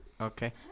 Okay